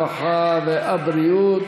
הרווחה והבריאות?